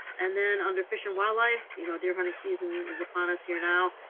and then under fish and wildlife, you know, deer hunting season is upon us here now,